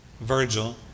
Virgil